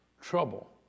Trouble